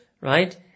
Right